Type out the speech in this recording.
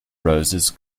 roses